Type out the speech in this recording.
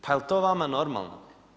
Pa jel to vama normalno?